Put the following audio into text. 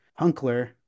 Hunkler